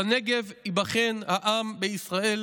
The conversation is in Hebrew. "בנגב ייבחן העם בישראל